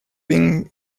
been